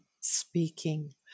speaking